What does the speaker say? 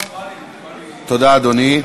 תודה, אדוני.